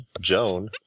Joan